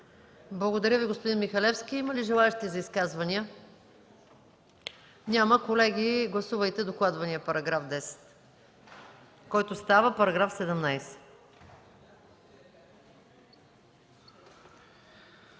Благодаря, господин Михалевски. Има ли желаещи за изказвания? Няма. Колеги, гласувайте докладвания § 10, който става § 17.